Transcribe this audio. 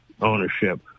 ownership